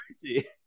crazy